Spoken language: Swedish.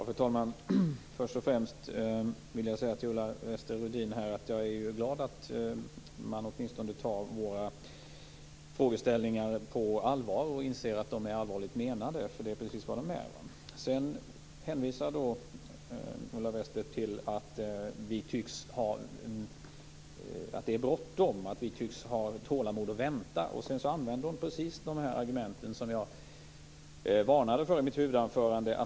Fru talman! Jag vill först och främst säga till Ulla Wester-Rudin att jag är glad att man åtminstone tar våra frågeställningar på allvar och inser att de är allvarligt menade. Det är precis vad de är. Ulla Wester-Rudin säger att det är bråttom men att vi tycks ha tålamod att vänta. Hon använder precis de argument som jag varnade för i mitt huvudanförande.